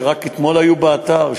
שרק אתמול היו באתר,